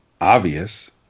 obvious